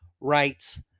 Rights